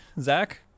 Zach